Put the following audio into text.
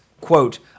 quote